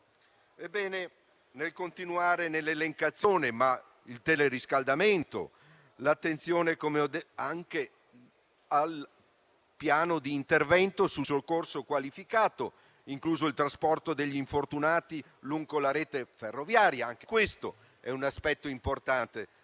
prima. Nel continuare l'elencazione, vi sono il teleriscaldamento e l'attenzione al Piano di intervento sul soccorso qualificato, incluso il trasporto degli infortunati lungo la rete ferroviaria (anche questo è un aspetto importante